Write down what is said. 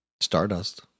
Stardust